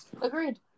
Agreed